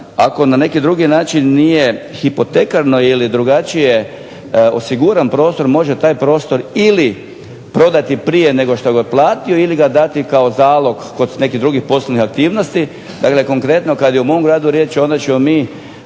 ako na neki drugi način nije hipotekarno ili drugačije osiguran prostor može taj prostor ili prodati prije nego što ga je otplatio ili ga dati kao zalog kod nekih drugih poslovnih aktivnosti. Dakle, konkretno kad je u mom gradu riječ onda ćemo mi